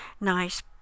nice